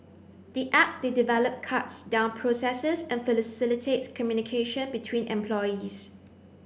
the app they developed cuts down processes and facilitates communication between employees